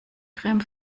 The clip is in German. creme